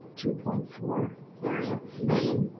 two point four area million?